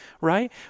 right